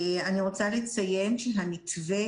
אני רוצה לציין שהמתווה,